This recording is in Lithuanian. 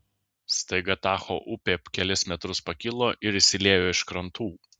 staiga tacho upė kelis metrus pakilo ir išsiliejo iš krantų